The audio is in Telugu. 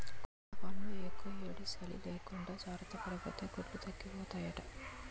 కోళ్లఫాంలో యెక్కుయేడీ, సలీ లేకుండా జార్తపడాపోతే గుడ్లు తగ్గిపోతాయట